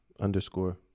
underscore